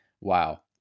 wow